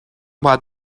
باید